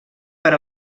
per